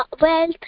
wealth